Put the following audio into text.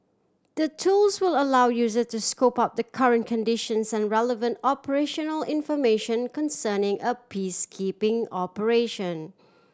the tools will allow user to scope out the current conditions and relevant operational information concerning a peacekeeping operation